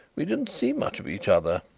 we didn't see much of each other.